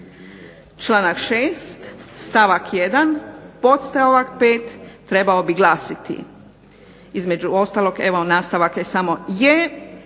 Članak 6. stavak 1. podstavak 5. trebao bi glasiti, između ostalog nastavak je samo je,